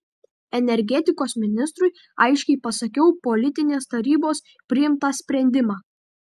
energetikos ministrui aiškiai pasakiau politinės tarybos priimtą sprendimą